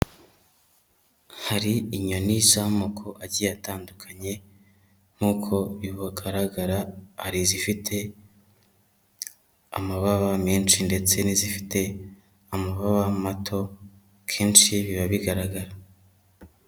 Hari inyoni z'amoko agiye atandukanye, nk'uko bibagaragara hari izifite amababa menshi ndetse n'izifite amababa mato, kenshi biba bigaragara.